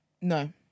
No